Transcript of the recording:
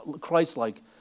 Christ-like